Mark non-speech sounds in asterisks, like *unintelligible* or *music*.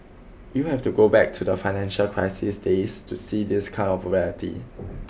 you have to go back to the financial crisis days to see this kind of *unintelligible*